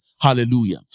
Hallelujah